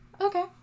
Okay